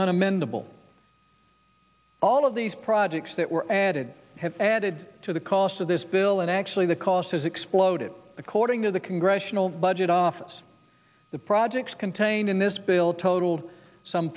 amendable all of these projects that were added have added to the cost of this bill and actually the cost has exploded according to the congressional budget office the projects contained in this bill totaled some